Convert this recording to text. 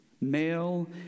male